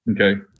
Okay